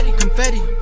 confetti